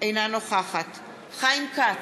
אינה נוכחת חיים כץ,